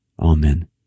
Amen